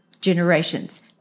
generations